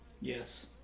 Yes